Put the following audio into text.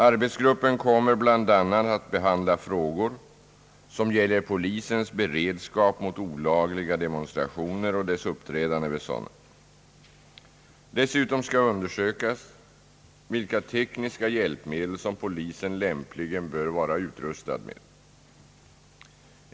Arbetsgruppen kommer bl.a. att behandla frågor som gäller polisens beredskap mot olagliga demonstrationer och dess uppträdande vid sådana. Dessutom skall undersökas vilka särskilda tekniska hjälpmedel som polisen lämpligen bör vara utrustad med.